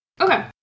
Okay